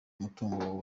umutungo